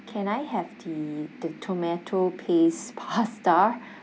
can I have the the tomato paste pasta